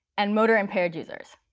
and motor-impaired users.